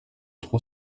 trop